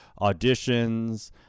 auditions